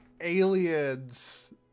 aliens